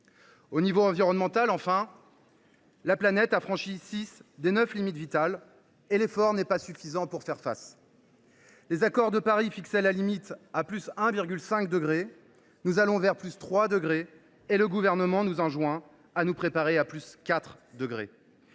au niveau environnemental, la planète a franchi six des neuf limites vitales, et l’effort n’est pas suffisant pour y faire face. Les accords de Paris fixaient la limite à +1,5°degré. Nous allons vers +3°degrés, et le Gouvernement nous enjoint de nous préparer à +4°degrés